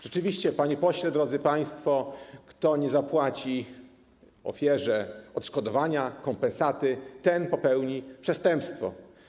Rzeczywiście, panie pośle, drodzy państwo, kto nie zapłaci ofierze odszkodowania, kompensaty, ten popełni przestępstwo.